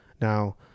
Now